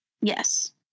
yes